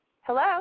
Hello